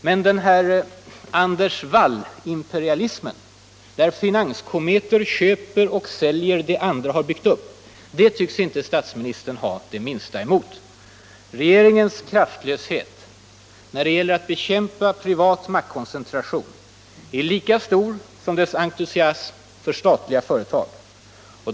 Men den här Anders Wall-imperalismen - där finanskometer köper och säljer det andra har byggt upp — tycks statsministern inte ha det minsta emot. Regeringens kraftlöshet när det gäller att bekämpa privat maktkoncentration är lika stor som dess entusiasm för statliga företag.